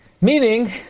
Meaning